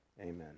amen